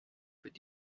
but